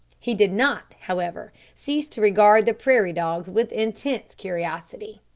he did not, however, cease to regard the prairie-dogs with intense curiosity.